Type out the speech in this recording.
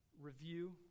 review